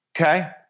okay